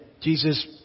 Jesus